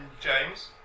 James